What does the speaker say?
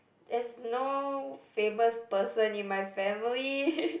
there's no famous person in my family